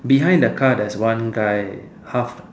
behind the car there is one guy half